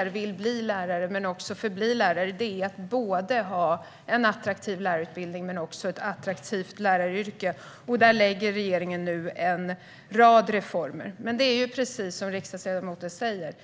ska vilja bli lärare men också förbli lärare är att det finns en attraktiv lärarutbildning men också ett attraktivt läraryrke. Där gör regeringen nu en rad reformer. Men det är precis som riksdagsledamoten säger.